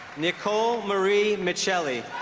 nicole marie miceli